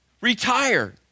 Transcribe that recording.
retire